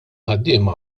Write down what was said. ħaddiema